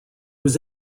was